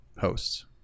hosts